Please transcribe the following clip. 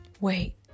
wait